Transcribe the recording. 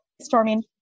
storming